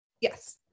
Yes